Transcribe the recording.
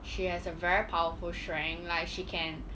she has a very powerful strength like she can